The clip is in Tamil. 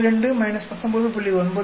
62 19